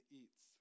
eats